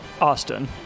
Austin